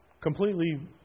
completely